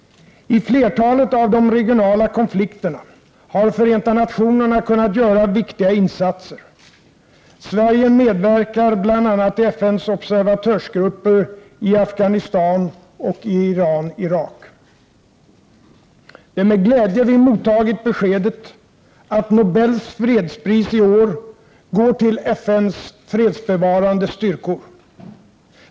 I flertalet av de regionala konflikterna har Förenta nationerna kunnat göra viktiga insatser. Sverige medverkar bl.a. i FN:s observatörsgrupper i Afghanistan och i Iran/Irak. Det är med glädje vi mottagit beskedet att Nobels fredspris i år går till FN:s fredsbevarande styrkor.